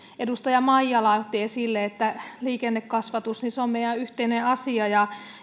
edustaja maijala otti esille liikennekasvatus on meidän yhteinen asia ja